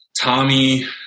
Tommy